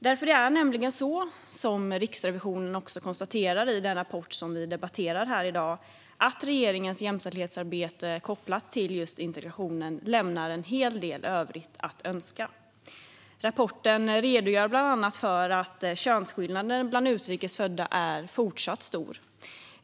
Det är nämligen så, vilket Riksrevisionen också konstaterar i den rapport som vi debatterar här i dag, att regeringens jämställdhetsarbete kopplat till integrationen lämnar en hel del övrigt att önska. Rapporten redogör bland annat för att könsskillnaderna bland utrikes födda är fortsatt stora.